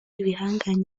ibihangange